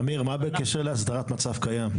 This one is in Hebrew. אמיר, מה בקשר להסדרת המצב הקיים?